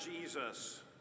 Jesus